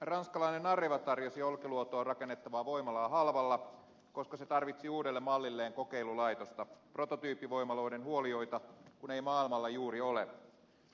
ranskalainen areva tarjosi olkiluotoon rakennettavaa voimalaa halvalla koska se tarvitsi uudelle mallilleen kokeilulaitosta prototyyppivoimaloiden huolijoita kun ei maailmalla juuri ole